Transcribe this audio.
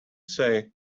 say